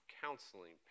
counseling